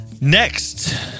Next